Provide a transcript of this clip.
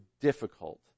difficult